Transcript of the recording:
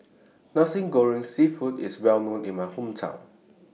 Nasi Goreng Seafood IS Well known in My Hometown